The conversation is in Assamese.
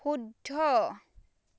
শুদ্ধ